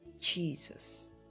Jesus